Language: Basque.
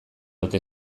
ote